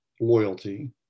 loyalty